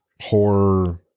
horror